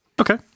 Okay